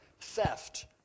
theft